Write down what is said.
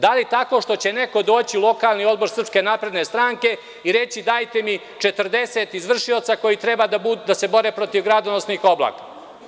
Da li tako što će neko doći u lokalni odbor SNS i reći dajte mi 40 izvršioca koji treba da se bore protiv gradonosnih oblaka?